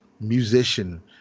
musician